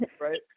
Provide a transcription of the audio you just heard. right